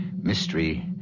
mystery